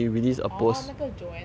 orh 那个 joanna 那个